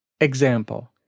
Example